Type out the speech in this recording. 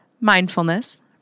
mindfulness